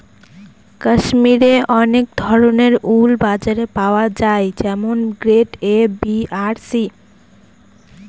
কাশ্মিরে অনেক ধরনের উল বাজারে পাওয়া যায় যেমন গ্রেড এ, বি আর সি